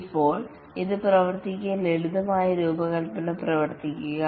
ഇപ്പോൾ ഇത് പ്രവർത്തിപ്പിക്കുക ലളിതമായ രൂപകൽപ്പന പ്രവർത്തിപ്പിക്കുക